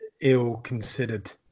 ill-considered